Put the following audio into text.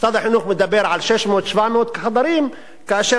משרד החינוך מדבר על 600 700 חדרים כאשר